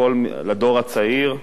לדור הצעיר,